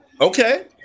Okay